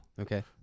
okay